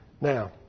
Now